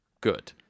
Good